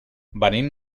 venim